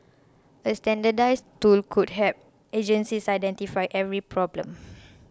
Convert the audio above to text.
a standardised tool could help agencies identify every problem